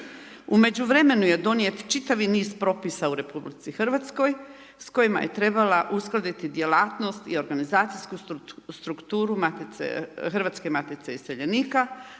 U međuvremenu je donijeti čitavi niz propisa u RH s kojima je trebala uskladiti djelatnost i organizacijsku strukturu Hrvatske matice iseljenika